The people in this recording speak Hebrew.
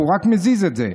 הוא רק מזיז את זה.